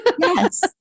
Yes